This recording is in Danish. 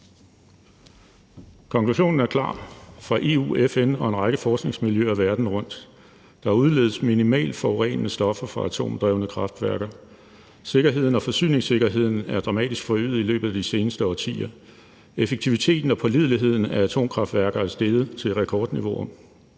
Konklusionen er klar fra EU, FN og en række forskningsmiljøer verden rundt: Der udledes minimalt forurenende stoffer fra atomdrevne kraftværker, sikkerheden og forsyningssikkerheden er dramatisk forøget i løbet af de seneste årtier. Effektiviteten og pålideligheden af atomkraftværker er steget til rekordniveauer.